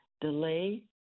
delay